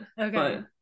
okay